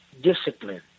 discipline